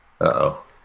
Uh-oh